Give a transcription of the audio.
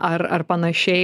ar ar panašiai